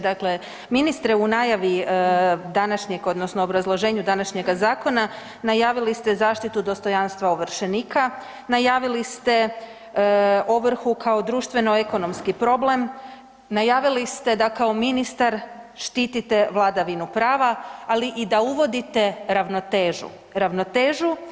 Dakle, ministre u najavi današnjeg odnosno obrazloženju današnjega zakona najavili ste zaštitu dostojanstva ovršenika, najavili ste ovrhu kao društveno ekonomski problem, najavili ste da kao ministar štitite vladavinu prava, ali i da uvodite ravnotežu.